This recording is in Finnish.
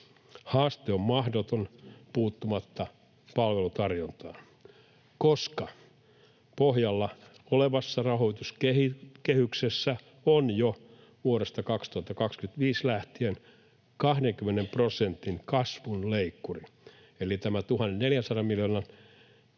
Haaste on mahdoton puuttumatta palvelutarjontaan, koska pohjalla olevassa rahoituskehyksessä on jo vuodesta 2025 lähtien 20 prosentin kasvun leikkuri, eli tämä 1 400 miljoonan